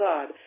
God